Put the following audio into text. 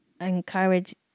encourage